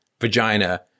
vagina